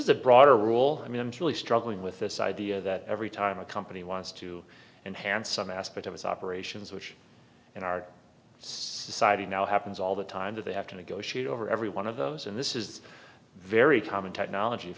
as a broader rule i mean i'm truly struggling with this idea that every time a company wants to enhance some aspect of its operations which in our society now happens all the time that they have to negotiate over every one of those and this is very common technology if